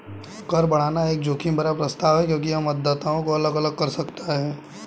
कर बढ़ाना एक जोखिम भरा प्रस्ताव है क्योंकि यह मतदाताओं को अलग अलग कर सकता है